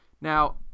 now